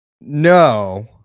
No